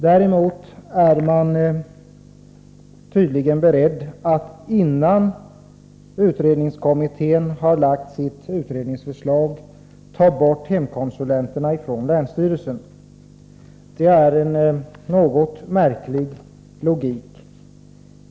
Däremot är man tydligen beredd att innan utredningskommittén har lagt fram sitt utredningsförslag ta bort hemkonsulenterna från länsstyrelsen. Det är en något märklig logik.